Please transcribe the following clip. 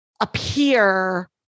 appear